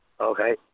Okay